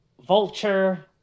Vulture